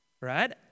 Right